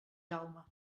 jaume